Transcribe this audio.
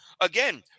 again